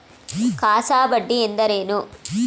CASA ಬಡ್ಡಿ ಎಂದರೇನು?